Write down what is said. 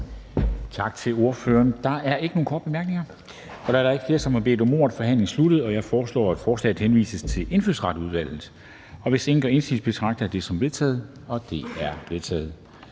Tak til ordføreren. Der er ikke nogen korte bemærkninger. Da der ikke er flere, som har bedt om ordet, er forhandlingen sluttet. Jeg foreslår, at forslaget til folketingsbeslutning henvises til Indfødsretsudvalget. Hvis ingen gør indsigelse, betragter jeg det som vedtaget. Det er vedtaget.